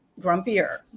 grumpier